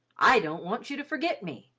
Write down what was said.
i don't want you to forget me,